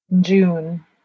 June